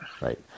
Right